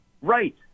Right